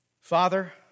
Father